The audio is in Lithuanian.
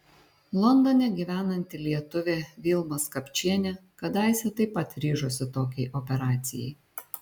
londone gyvenanti lietuvė vilma skapčienė kadaise taip pat ryžosi tokiai operacijai